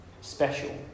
special